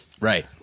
Right